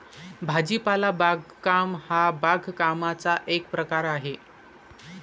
भाजीपाला बागकाम हा बागकामाचा एक प्रकार आहे